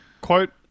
Quote